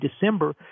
December